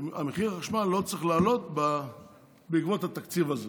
שמחיר החשמל לא צריך לעלות בעקבות התקציב הזה.